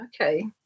okay